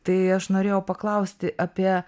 tai aš norėjau paklausti apie